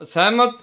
ਅਸਹਿਮਤ